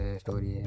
story